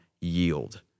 Yield